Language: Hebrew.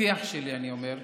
בפתיח שלי אני אומר,